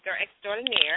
extraordinaire